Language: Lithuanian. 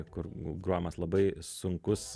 kur grojamas labai sunkus